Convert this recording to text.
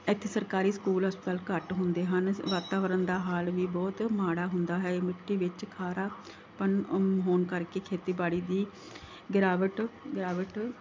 ਇੱਥੇ ਸਰਕਾਰੀ ਸਕੂਲ ਹਸਪਤਾਲ ਘੱਟ ਹੁੰਦੇ ਹਨ ਸ ਵਾਤਾਵਰਨ ਦਾ ਹਾਲ ਵੀ ਬਹੁਤ ਮਾੜਾ ਹੁੰਦਾ ਹੈ ਇਹ ਮਿੱਟੀ ਵਿੱਚ ਖਾਰਾਪਨ ਹੋਣ ਕਰਕੇ ਖੇਤੀਬਾੜੀ ਦੀ ਗਿਰਾਵਟ ਗਿਰਾਵਟ